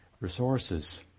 resources